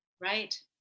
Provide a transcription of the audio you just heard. Right